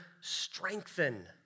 strengthen